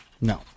No